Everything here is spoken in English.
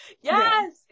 yes